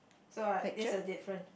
so I this a difference